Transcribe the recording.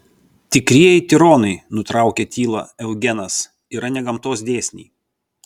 tikrieji tironai nutraukė tylą eugenas yra ne gamtos dėsniai